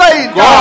God